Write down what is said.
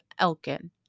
Elkin